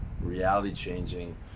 reality-changing